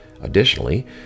Additionally